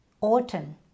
Autumn